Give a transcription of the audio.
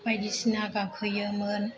बायदिसिना गाखोयोमोन